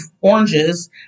oranges